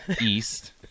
east